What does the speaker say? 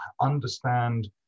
understand